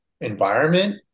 environment